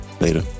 Later